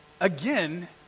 again